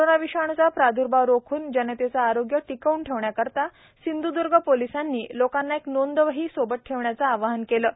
corona विषाणूचा प्रादुभीव रोख्न जनतेच आरोग्य टिकव्न ठेवण्याकरिता सिंध्द्र्ग पोलिसांनी लोकांना एक नोंदवही सोबत ठेवण्याच आवाहन केल आहे